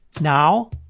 Now